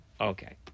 Okay